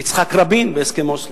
יצחק רבין בהסכם אוסלו,